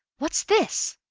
what's this?